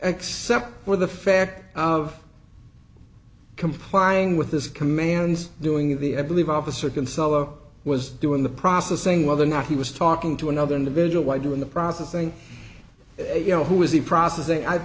except for the fact of complying with his commands doing the i believe officer can sell or was doing the processing whether or not he was talking to another individual why do in the processing you know who is the processing i